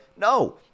No